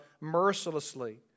mercilessly